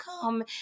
come